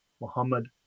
Muhammad